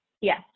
Yes